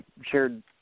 shared